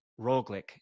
Roglic